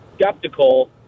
skeptical